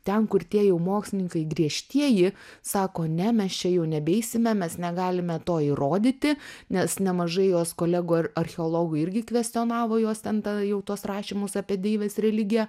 ten kur tie jau mokslininkai griežtieji sako ne mes čia jau nebeisime mes negalime to įrodyti nes nemažai jos kolegų ar archeologų irgi kvestionavo jos ten tą jau tuos rašymus apie deivės religiją